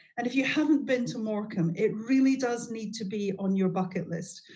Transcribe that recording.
and if you haven't been to morecambe, it really does need to be on your bucket list.